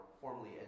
formally